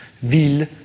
Ville